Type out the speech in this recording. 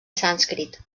sànscrit